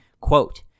quote